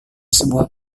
sebuah